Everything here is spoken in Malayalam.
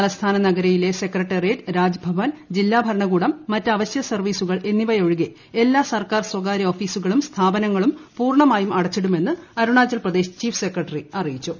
തലസ്ഥാന നഗരിയിലെ സെക്രട്ടറിയേറ്റ് രാജ്ഭവൻ ജില്ലാ ഭരണകൂടം മറ്റ് അവശ്യ സർവ്വീസുകൾ എന്നിവയൊഴികെ എല്ലാ സർക്കാർ സ്വകാര്യ ഓഫീസുകളും സ്ഥാപില്ലുങ്ങളും പൂർണ്ണായും അടച്ചിടുമെന്ന് അരുണാചൽ പ്രദേശ്പ്പിഫ് സെക്രട്ടറി അറിയിച്ചു